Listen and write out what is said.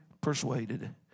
persuaded